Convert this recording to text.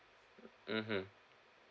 mmhmm